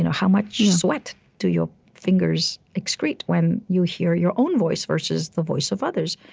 and how much sweat do your fingers excrete when you hear your own voice versus the voice of others?